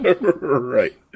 Right